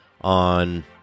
on